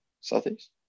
southeast